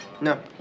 No